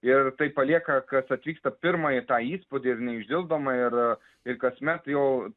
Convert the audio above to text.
ir tai palieka kas atvyksta pirmąjį tą įspūdį ir neišdildomą ir ir kasmet jau